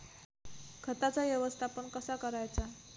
खताचा व्यवस्थापन कसा करायचा?